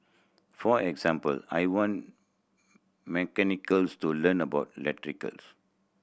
for example I want mechanical to learn about electrical